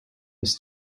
his